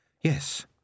Yes